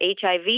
HIV